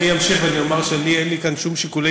אני אמשיך ואומר שאין לי כאן שום שיקולי